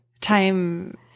Time